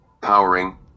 Powering